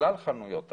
לכלל חנויות האופטיקה.